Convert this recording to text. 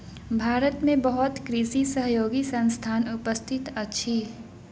भारत में बहुत कृषि सहयोगी संस्थान उपस्थित अछि